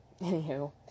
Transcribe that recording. anywho